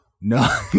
No